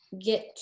get